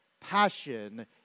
passion